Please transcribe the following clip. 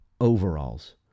overalls